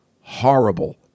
horrible